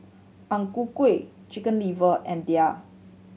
Ang Ku Kueh Chicken Liver and daal